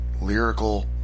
lyrical